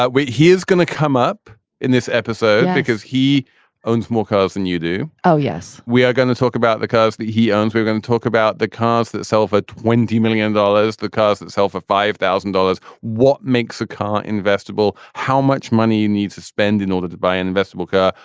but he is going to come up in this episode because he owns more cars than and you do. oh, yes. we are going to talk about the cars that he owns. we're going to talk about the cars that sell for twenty million dollars. the cars itself, a five thousand dollars. what makes a car investible? how much money you need to spend in order to buy an investable car?